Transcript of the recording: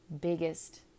biggest